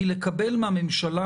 הוא לקבל מהממשלה,